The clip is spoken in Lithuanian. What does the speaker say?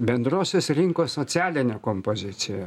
bendrosios rinkos socialinę kompoziciją